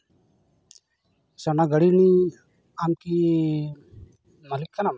ᱟᱪᱪᱷᱟ ᱚᱱᱟ ᱜᱟᱰᱤ ᱨᱤᱱᱤᱡ ᱟᱢᱠᱤ ᱢᱟᱹᱞᱤᱠ ᱠᱟᱱᱟᱢ